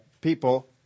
people